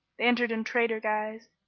they entered in trader guise,